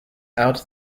out